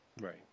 Right